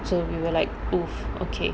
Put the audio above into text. so we were like oh okay